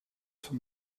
van